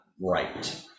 right